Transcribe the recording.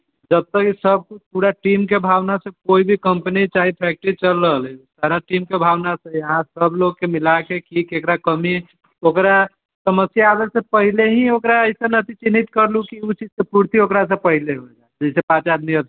जब तक सब किछु पूरा टीम के भावना से कोइ भी कंपनी चाहे फेक्टरी चल रहल हय सारा टीम के भावना से यहाँ सब लोगके मिलाके कि एकरा कमी ओकरा समस्या आबै सऽ पहिलही ओकरा ऐसन अथी क्लिक करलू कि पूर्ति ओकरा सऽ पहिलै हुए जाहि सऽ पाँच आदमी अथिन